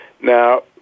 Now